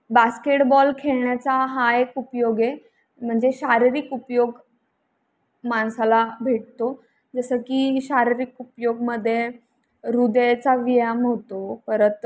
basketball खेळण्याचा हा एक उपयोग आहे म्हणजे शारीरिक उपयोग माणसाला भेटतो जसं की शारीरिक उपयोगामध्ये ह्रदयाचा व्यायाम होतो परत